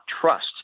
trust